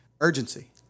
urgency